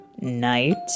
night